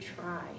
try